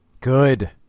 good